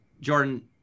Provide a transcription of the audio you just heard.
Jordan